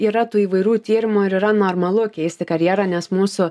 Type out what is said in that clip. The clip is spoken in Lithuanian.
yra tų įvairių tyrimų ir yra normalu keisti karjerą nes mūsų